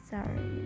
Sorry